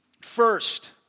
First